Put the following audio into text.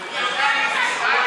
הוא יודע מי זה סטלין?